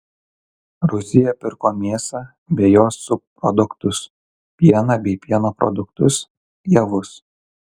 rusija pirko mėsą bei jos subproduktus pieną bei pieno produktus javus